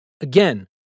Again